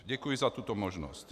Děkuji za tuto možnost.